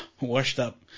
washed-up